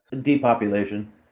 Depopulation